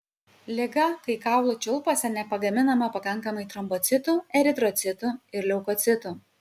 liga kai kaulų čiulpuose nepagaminama pakankamai trombocitų eritrocitų ir leukocitų